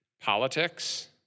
politics